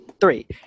Three